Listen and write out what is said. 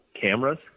cameras